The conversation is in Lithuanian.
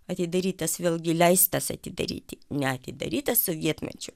atidarytas vėlgi leistas atidaryti ne atidaryta sovietmečiu